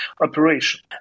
operation